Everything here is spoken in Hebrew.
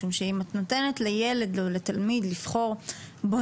משום שאם את נותנת לילד או לתלמיד לבחור בוא